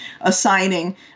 assigning